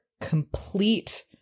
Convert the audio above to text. complete